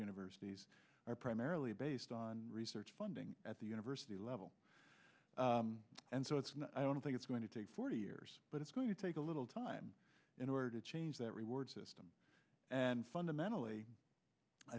universities are primarily based on research funding at the university level and so it's not i don't think it's going to take forty years but it's going to take a little time in order to change that reward system and fundamentally i